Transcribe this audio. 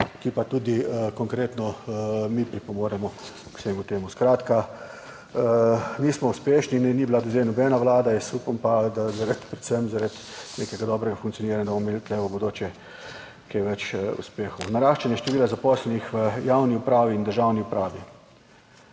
ki pa tudi konkretno mi pripomoremo k vsemu temu. Skratka, nismo uspešni in ni bila do zdaj nobena vlada, jaz upam pa, da predvsem zaradi nekega dobrega funkcioniranja, da bomo imeli tu v bodoče kaj več uspehov. Naraščanje števila zaposlenih v javni upravi in državni upravi.